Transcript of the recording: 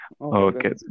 Okay